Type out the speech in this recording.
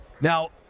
Now